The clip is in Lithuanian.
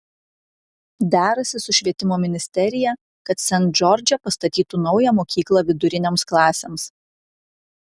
derasi su švietimo ministerija kad sent džordže pastatytų naują mokyklą vidurinėms klasėms